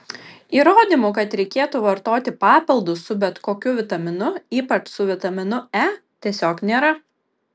įrodymų kad reikėtų vartoti papildus su bet kokiu vitaminu ypač su vitaminu e tiesiog nėra